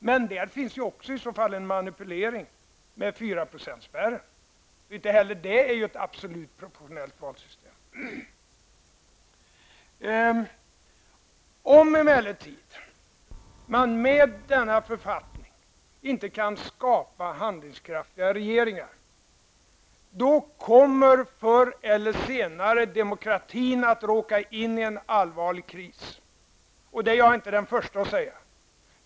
Men i detta finns det i så fall också en manipulering, och det gäller 4-procentspärren. Inte heller detta valsystem är alltså ett absolut prorpotionellt valsystem. Om emellertid man med denna författning inte kan skapa handlingskraftiga regeringar, kommer demokratin förr eller senare att råka in i en allvarlig kris. Och det är jag inte den första att säga.